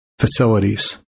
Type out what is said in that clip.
facilities